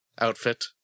outfit